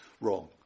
wrong